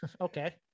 okay